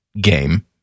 game